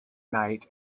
night